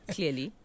Clearly